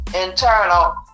internal